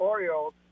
Orioles